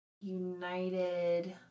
united